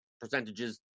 percentages